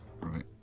Right